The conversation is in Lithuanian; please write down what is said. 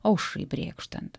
aušrai brėkštant